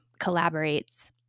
collaborates